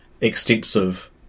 extensive